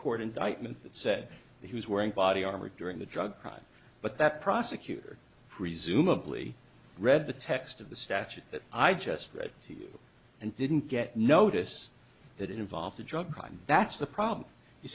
court indictment that said that he was wearing body armor during the drug crime but that prosecutor presumably read the text of the statute that i just read and didn't get notice that it involved a drug crime that's the problem you